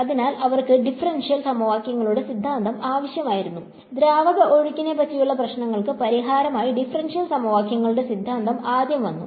അതിനാൽ അവർക്ക് ഡിഫറൻഷ്യൽ സമവാക്യങ്ങളുടെ സിദ്ധാന്തം ആവശ്യമായിരുന്നു ദ്രാവക ഒഴുക്കിനെ പറ്റിയുള്ള പ്രശ്നങ്ങൾക്ക് പരിഹാരമായി ഡിഫറൻഷ്യൽ സമവാക്യങ്ങളുടെ സിദ്ധാന്തം ആദ്യം വന്നു